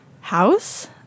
house